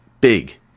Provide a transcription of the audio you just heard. big